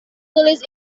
tulis